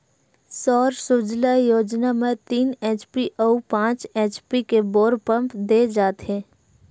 सौर सूजला योजना म तीन एच.पी अउ पाँच एच.पी के बोर पंप दे जाथेय